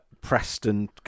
Preston